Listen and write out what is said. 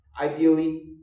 ideally